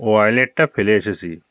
ওয়ালেটটা ফেলে এসেছি